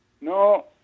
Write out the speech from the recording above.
No